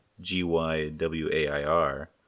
G-Y-W-A-I-R